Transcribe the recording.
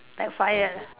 like fired ah